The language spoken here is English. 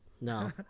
No